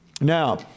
Now